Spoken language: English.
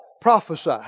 prophesy